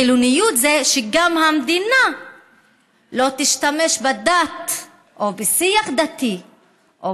חילוניות זה שגם המדינה לא תשתמש בדת או בשיח דתי או